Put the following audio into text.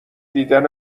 دیدن